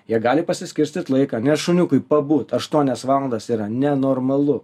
jie gali pasiskirstyt laiką nes šuniukui pabūt aštuonias valandas yra nenormalu